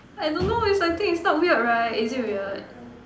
I don't know is I think it's not weird right is it weird